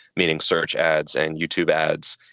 meaning search ads and youtube ads.